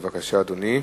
בבקשה, אדוני.